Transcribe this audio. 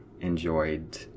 enjoyed